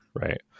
right